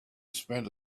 spent